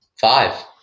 Five